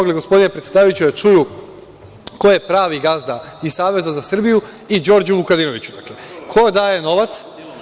Gospodine predsedavajući, svi su mogli da čuju ko je pravi gazda i Saveza za Srbiju i Đorđu Vukadinoviću, ko daje novac.